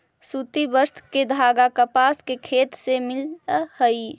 सूति वस्त्र के धागा कपास के खेत से मिलऽ हई